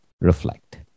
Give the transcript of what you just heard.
reflect